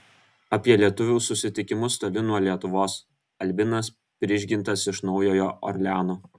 apie lietuvių susitikimus toli nuo lietuvos albinas prižgintas iš naujojo orleano